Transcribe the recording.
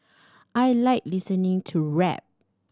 I like listening to rap